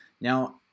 Now